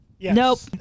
Nope